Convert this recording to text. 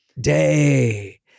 day